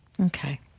Okay